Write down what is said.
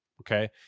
okay